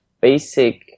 basic